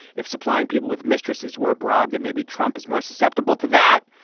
if supplying people with mistresses were abroad, that maybe trump is more susceptible to that,